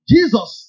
Jesus